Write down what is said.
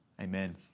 Amen